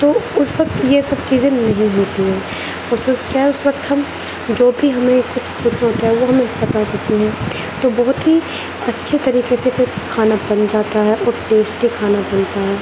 تو اس وقت یہ سب چیزیں نہیں ہوتی ہیں اور پھر کیا ہے اس وقت ہم جو بھی ہمیں کچھ پوچھنا ہوتا ہے وہ ہمیں بتا دیتے ہیں تو بہت ہی اچھے طریقے سے پھر کھانا بن جاتا ہے اور ٹیسٹی کھانا بنتا ہے